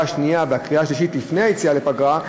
שנייה ולקריאה שלישית לפני היציאה לפגרה,